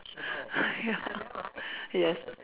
ya yes